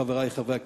חברי חברי הכנסת,